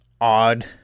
odd